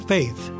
Faith